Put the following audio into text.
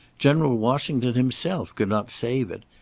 general washington himself could not save it.